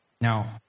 Now